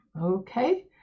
okay